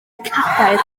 cadair